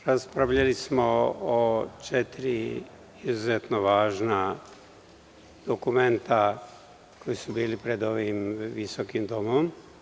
Raspravljali smo o četiri izuzetno važna dokumenta koji su bili pred ovim visokim domom.